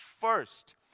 first